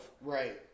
Right